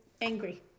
angry